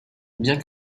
bien